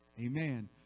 Amen